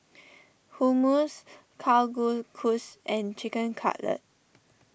Hummus Kalguksu and Chicken Cutlet